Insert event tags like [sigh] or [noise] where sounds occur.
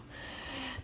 [breath]